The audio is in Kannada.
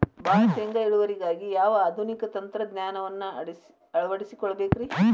ಭಾಳ ಶೇಂಗಾ ಇಳುವರಿಗಾಗಿ ಯಾವ ಆಧುನಿಕ ತಂತ್ರಜ್ಞಾನವನ್ನ ಅಳವಡಿಸಿಕೊಳ್ಳಬೇಕರೇ?